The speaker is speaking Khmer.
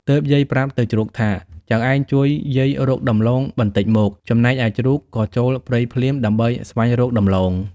ទើបយាយប្រាប់ទៅជ្រូកថា ចៅឯងជួយយាយរកជីកដំឡូងបន្ដិចមក ចំណែកឯជ្រូកក៏ចូលព្រៃភ្លាម ដើម្បីស្វែងរកដំឡូង។